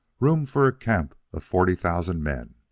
room for a camp of forty thousand men.